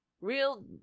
Real